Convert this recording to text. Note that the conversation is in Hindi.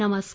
नमस्कार